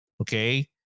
Okay